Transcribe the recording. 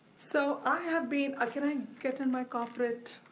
so i have been, ah can i get in my corporate?